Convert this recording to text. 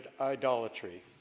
idolatry